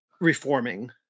reforming